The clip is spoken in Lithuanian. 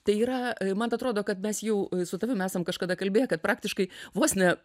tai yra man tai atrodo kad mes jau su tavim esam kažkada kalbėję kad praktiškai vos ne